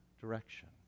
direction